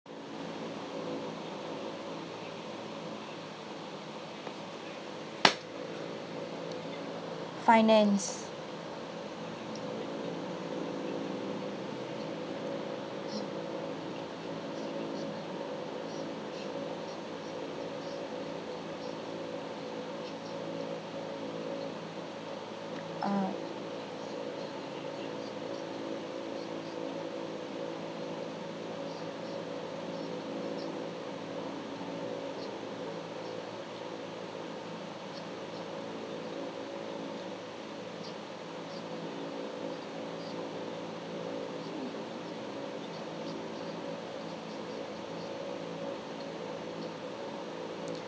finance uh